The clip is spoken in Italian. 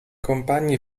compagni